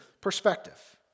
perspective